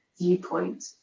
viewpoint